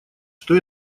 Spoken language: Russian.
что